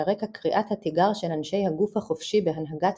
על רקע קריאת התיגר של אנשי "הגוף החופשי" בהנהגת